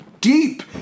deep